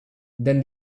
then